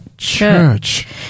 church